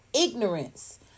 ignorance